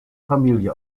familie